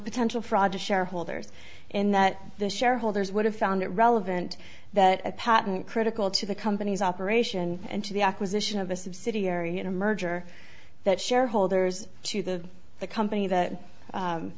potential fraud to shareholders in that the shareholders would have found it relevant that a patent critical to the company's operation and to the acquisition of a subsidiary in a merger that shareholders to the the company that